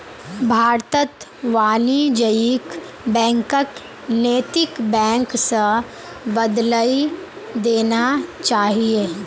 भारतत वाणिज्यिक बैंकक नैतिक बैंक स बदलइ देना चाहिए